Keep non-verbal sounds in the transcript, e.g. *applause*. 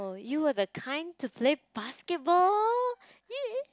you are the kind to play basketball *noise*